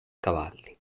cavalli